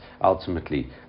ultimately